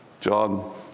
John